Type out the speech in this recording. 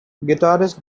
guitarist